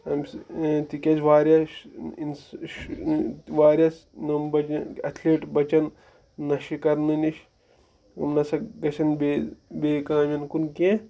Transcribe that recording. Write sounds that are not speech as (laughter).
اَمہِ سۭتۍ تِکیٛازِ واریاہ واریاہ (unintelligible) اٮ۪تھلیٖٹ بَچَن نَشہِ کَرنہٕ نِش یِم ہَسا گژھن بیٚیہِ بیٚیہِ کامٮ۪ن کُن کینٛہہ